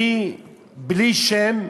היא בלי שם?